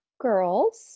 Girls